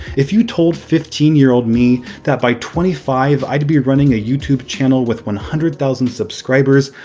if you told fifteen year old me that by twenty five i'd be running a youtube channel with one hundred thousand subscribers,